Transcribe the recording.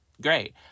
Great